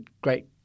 great